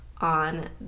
on